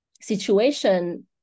situation